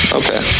okay